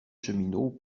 cheminots